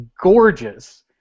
gorgeous